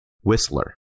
whistler